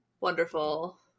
Wonderful